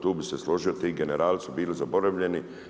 Tu bi se složio, ti generalci su bili zaboravljeni.